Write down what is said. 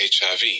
HIV